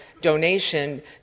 donation